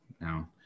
Now